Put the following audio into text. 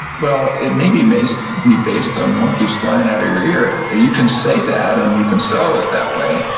well, it may be based be based on monkeys flying out of your ear. you can say that and you can sell it that way,